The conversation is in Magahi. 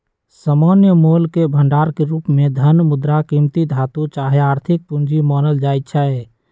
सामान्य मोलके भंडार के रूप में धन, मुद्रा, कीमती धातु चाहे आर्थिक पूजी मानल जाइ छै